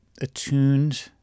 Attuned